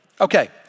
Okay